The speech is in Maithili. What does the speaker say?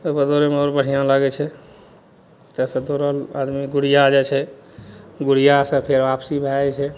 ओहिपर दौड़ैमे आओर बढ़िआँ लागै छै ओतऽसे दौड़ल आदमी गुड़िया जाइ छै गुड़ियासे फेर आपसी भै जाइ छै